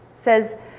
says